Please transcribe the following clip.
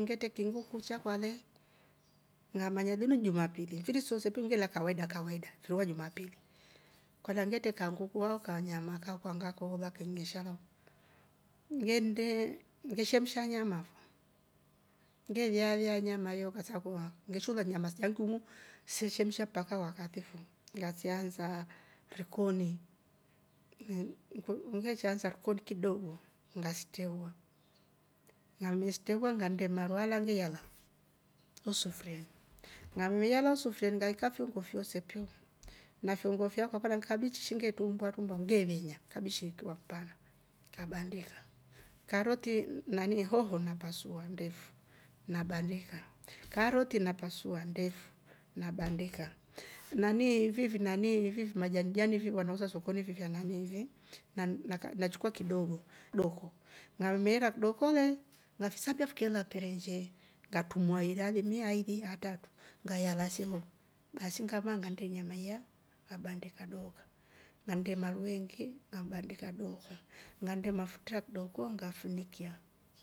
Ngetre kinguku chakwa le ngam. anya linu jumapili mfiri sooso ngela kavaida kavaida mfiri wa jumapili kolya ngetre kanguku au kanyama kakwa ngakoola keng'esha lau ngennde ngeshemsha nyama fo. nge vyaa vyaa nayama yo kasaakua ngeshola nyama silya ngumu se shemsha mpaka wakati fo, ngasiansa rikoni ngeshaansa rikoni kidogo ngasi treuwa ngamesitreuwa ngannde maru alya ngayala ho sufrieni ngammiyala oh sufrieni ngaikya fiungo fyoose piu na fiungo fyakwa kolya nikabichi shinge trumbuwa trumbwa nge venyaa kabishi ikiwa mpana kabandika karoti, hoho napasua ndefu nabandika, karoti napasua ndefu nabandika, nanii hivi vinanii majani jani wanauza sokoni vyananii ivi nachukua kidogo- kidoko ngammera kidoko le ngavisambia fikeela kelenjee ngatrumua ira limu aili atratu ngayala se ho baasi ngamaa ngannde nyama iya ngabandika dooka, ngannde maru eengi ngabandika dooka, ngannde mafutra kidoko ngafunichya